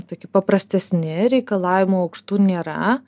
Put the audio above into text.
tokie paprastesni reikalavimų aukštų nėra